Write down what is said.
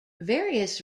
various